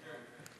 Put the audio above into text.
כן.